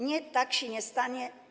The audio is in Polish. Nie, tak się nie stanie.